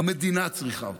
המדינה צריכה אותם.